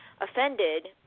offended